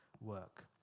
work